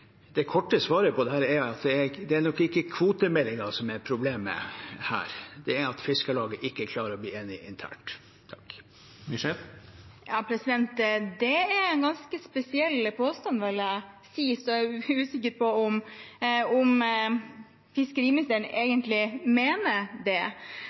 det nok ikke er kvotemeldingen som er problemet, men at Fiskarlaget ikke klarer å bli enige internt. Det er en ganske spesiell påstand, vil jeg si. Jeg er usikker på om fiskeriministeren egentlig mener det. Selv om Fiskarlaget er uenig, er jeg ganske sikker på at Fiskarlaget og kysten kan forholde seg til det